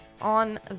on